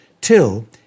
till